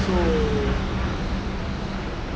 so